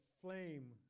flame